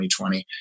2020